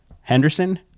Henderson